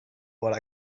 what